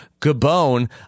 Gabon